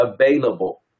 available